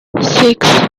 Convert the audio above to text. six